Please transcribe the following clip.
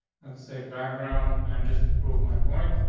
let's say background. and just to prove my point,